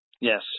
Yes